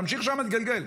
תמשיך שם להתגלגל.